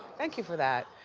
thank you for that.